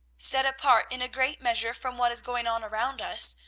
set apart in a great measure from what is going on around us,